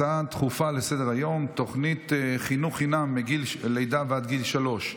הצעה דחופה לסדר-היום בנושא: תוכנית חינוך חינם מגיל לידה ועד גיל שלוש,